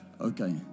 Okay